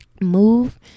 move